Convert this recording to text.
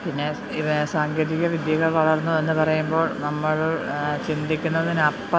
പിന്നെ ഈ സാങ്കേതികവിദ്യകൾ വളർന്നുവെന്ന് പറയുമ്പോൾ നമ്മൾ ചിന്തിക്കുന്നതിനപ്പുറം